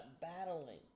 battling